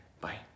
Bye